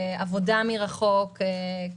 עבודה מרחוק,